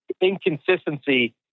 Inconsistency